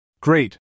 Great